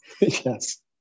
Yes